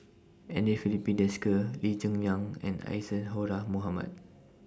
Andre Filipe Desker Lee Cheng Yan and Isadhora Mohamed